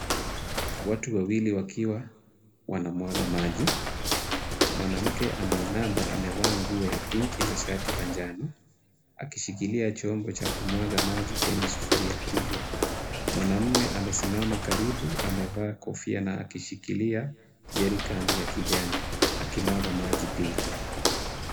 Watu wawili wakiwa wanamwaga maji, mwanamke ameinama amevaa nguo ya pinki na shati la njano akishikilia chombo cha kumwaga maji kwenye sufuria kubwa. Mwanamume amesimama karibu amevaa kofia na akishikilia jerikani ya kijani akimwaga maji pia.